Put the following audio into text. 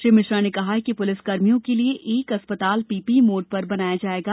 श्री मिश्रा ने कहा कि पुलिस कर्मियों के लिए एक अस्पताल पीपीई मोड़ पर बनाया जायेगा